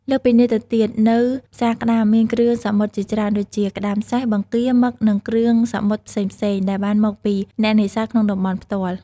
លើសពីនេះទៅទៀតនៅផ្សារក្តាមមានគ្រឿងសមុទ្រជាច្រើនដូចជា ក្ដាមសេះ បង្គា មឹក និងគ្រឿងសមុទ្រផ្សេងៗ ដែលបានមកពីអ្នកនេសាទក្នុងតំបន់ផ្ទាល់។